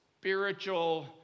spiritual